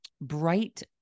bright